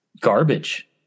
garbage